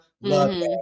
love